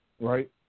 right